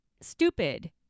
stupid